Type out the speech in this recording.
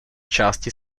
části